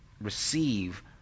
receive